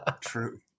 True